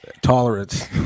tolerance